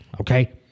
Okay